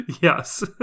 Yes